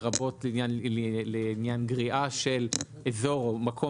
לרבות לעניין גריעה של אזור או מקום